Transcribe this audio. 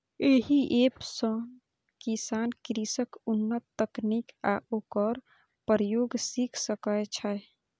एहि एप सं किसान कृषिक उन्नत तकनीक आ ओकर प्रयोग सीख सकै छै